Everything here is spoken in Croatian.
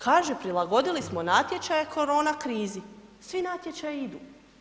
Kaže prilagodili smo natječaje korona krizi, svi natječaji idu.